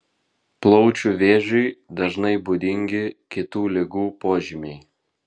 plaučių vėžiui dažnai būdingi kitų ligų požymiai